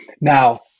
Now